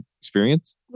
experience